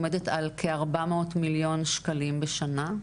עומדת על כ-400 מיליון שקלים בשנה.